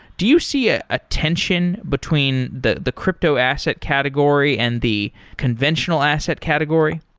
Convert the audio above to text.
do you see a ah tension between the the crypto asset category and the conventional asset category?